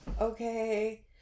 Okay